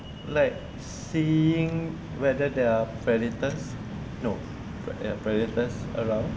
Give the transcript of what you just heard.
like seeing whether their predators know ya predators around